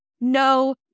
no